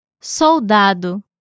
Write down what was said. Soldado